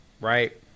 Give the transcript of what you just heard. right